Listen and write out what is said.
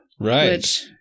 Right